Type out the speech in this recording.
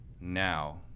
now